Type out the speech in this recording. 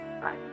Bye